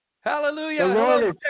Hallelujah